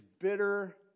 bitter